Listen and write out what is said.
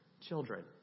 children